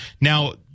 Now